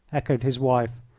echoed his wife,